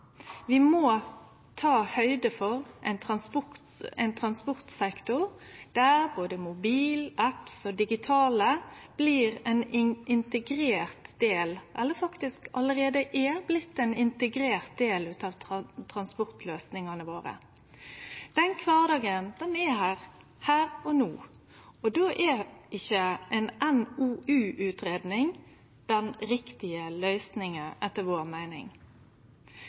Vi må ta høgd for ein transportsektor der både mobilar, appar og det digitale blir ein integrert del – det er faktisk allereie blitt ein integrert del – av transportløysingane våre. Den kvardagen er her, her og no, og då er ikkje ei NOU-utgreiing den riktige løysinga, etter vår meining.